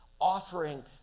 offering